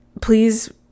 please